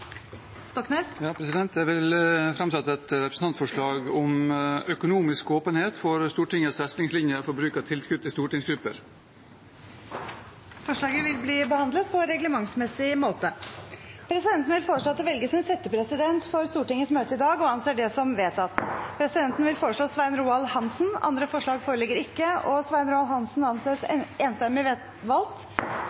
om økonomisk åpenhet som gjelder Stortingets retningslinjer for bruk av tilskudd til stortingsgrupper. Forslaget vil bli behandlet på reglementsmessig måte. Presidenten vil foreslå at det velges en settepresident for Stortingets møte i dag – og anser det som vedtatt. Presidenten vil foreslå Svein Roald Hansen. – Andre forslag foreligger ikke, og Svein Roald Hansen anses